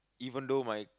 even though my